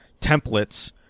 templates